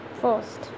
first